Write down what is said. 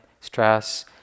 stress